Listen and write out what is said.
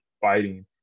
fighting